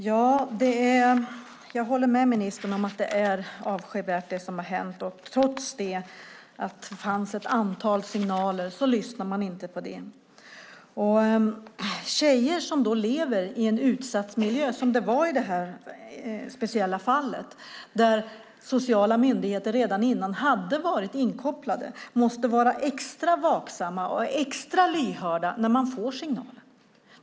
Fru talman! Jag håller med ministern om att det som hänt är avskyvärt. Trots att det fanns ett antal signaler lyssnade man inte. I fråga om tjejer som lever i en utsatt miljö, som det var i det här speciella fallet och där sociala myndigheter redan innan hade varit inkopplade, måste man vara extra vaksam och lyhörd när man får signaler.